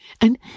And